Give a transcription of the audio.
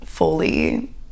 fully